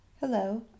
Hello